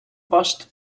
past